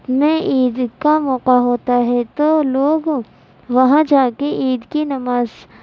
میں عید کا موقع ہوتا ہے تو لوگ وہاں جا کے عید کی نماز